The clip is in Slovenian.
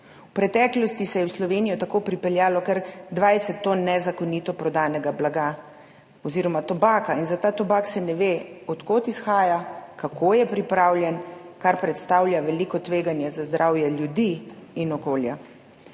V preteklosti se je v Slovenijo tako pripeljalo kar 20 ton nezakonito prodanega blaga oziroma tobaka in za ta tobak se ne ve, od kod izhaja, kako je pripravljen, kar predstavlja veliko tveganje za zdravje ljudi in okolja.